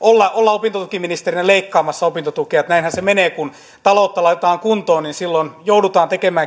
olla olla opintotukiministerinä leikkaamassa opintotukea että näinhän se menee kun taloutta laitetaan kuntoon niin silloin joudutaan tekemään